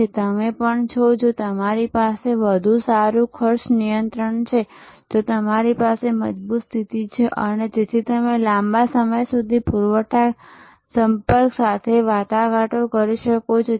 તેથી તમે પણ છો જો તમારી પાસે વધુ સારું ખર્ચ નિયંત્રણ છે તો તમારી પાસે મજબૂત સ્થિતિ છે અને તેથી તમે લાંબા સમય સુધી પૂરવઠા સંપર્ક માટે વાટાઘાટો કરી શકશો